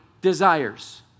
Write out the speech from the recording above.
desires